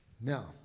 Now